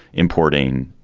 importing,